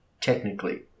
technically